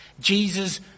Jesus